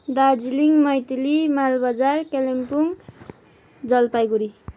Darjeeling Metli Malbazar Kalimpong Jalpaiguri